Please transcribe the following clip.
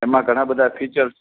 એમાં ઘણા બધા ફીચર્સ